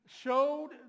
showed